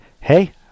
hey